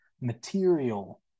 material